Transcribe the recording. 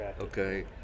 okay